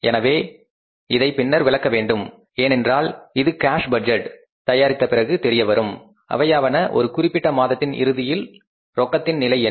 எனவே இதை பின்னர் விளக்க வேண்டும் ஏனென்றால் இது கேஸ் பட்ஜெட் தயாரித்த பிறகு தெரியவரும் அவையாவன ஒரு குறிப்பிட்ட மாதத்தின் இறுதியில் ரொக்கத்தின் நிலை என்ன